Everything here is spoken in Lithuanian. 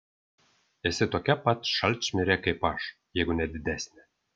esi tokia pat šalčmirė kaip aš jeigu ne didesnė